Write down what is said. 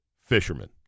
fisherman